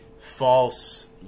false